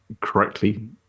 correctly